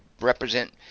represent